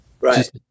Right